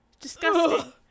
Disgusting